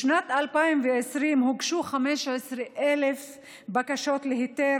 בשנת 2020 הוגשו 15,000 בקשות להיתר